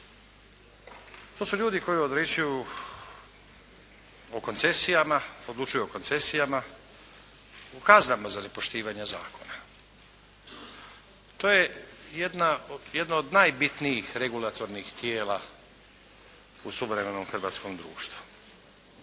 se ne razumije./ … o koncesijama, odlučuju o koncesijama u kaznama za nepoštivanje zakona. To je jedna od najbitnijih regulatornih tijela u suvremenom hrvatskom društvu.